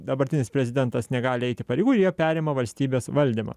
dabartinis prezidentas negali eiti pareigų ir jie perima valstybės valdymą